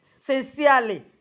sincerely